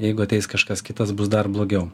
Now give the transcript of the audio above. jeigu ateis kažkas kitas bus dar blogiau